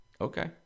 Okay